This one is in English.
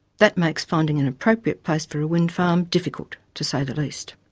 that makes finding an appropriate place for a wind farm difficult, to say the least.